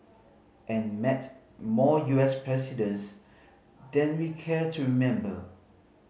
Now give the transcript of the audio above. and met more U S presidents than we care to remember